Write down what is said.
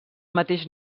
mateix